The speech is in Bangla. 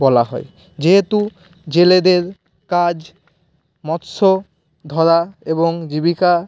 বলা হয় যেহেতু জেলেদের কাজ মৎস্য ধরা এবং জীবিকা